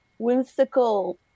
whimsical